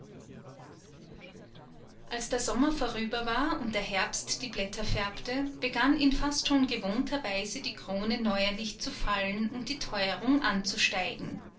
als der sommer vorüber war und der herbst die blätter färbte begann in fast schon gewohnter weise die krone neuerlich zu fallen und die teuerung anzusteigen